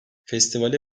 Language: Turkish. festivale